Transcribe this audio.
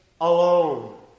alone